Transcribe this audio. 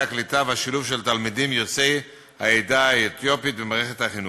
הקליטה והשילוב של תלמידים יוצאי העדה האתיופית במערכת החינוך.